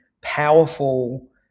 powerful